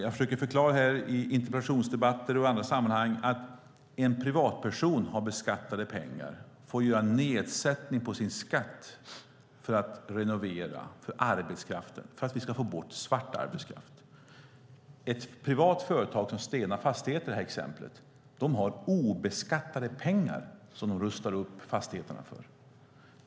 Jag försöker förklara i interpellationsdebatter och i andra sammanhang att en privatperson som har beskattade pengar får göra en nedsättning på sin skatt för att renovera, för arbetskraften, för att vi ska få bort svart arbetskraft. Ett privat företag, som Stena Fastigheter i det här exemplet, har obeskattade pengar som de rustar upp fastigheterna för.